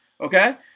Okay